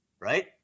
right